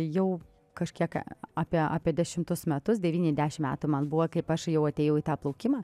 jau kažkiek apie apie dešimtus metus devyni dešimt metų man buvo kaip aš jau atėjau į tą plaukimą